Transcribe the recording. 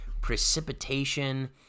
precipitation